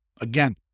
Again